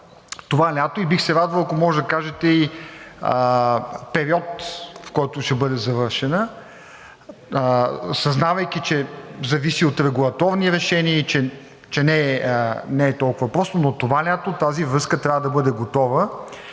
това лято и бих се радвал, ако можете да кажете и период, в който ще бъде завършена. Съзнавайки, че зависи от регулаторни решения и че не е толкова просто, но това лято тази връзка трябва да бъде готова.